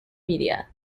media